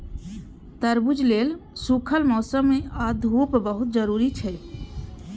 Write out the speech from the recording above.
तरबूज लेल सूखल मौसम आ धूप बहुत जरूरी छै